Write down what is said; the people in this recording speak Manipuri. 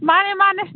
ꯃꯥꯅꯦ ꯃꯥꯅꯦ